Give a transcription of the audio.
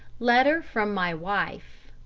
letter from my wife